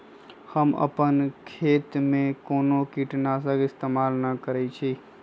हम अपन खेत में कोनो किटनाशी इस्तमाल न करई छी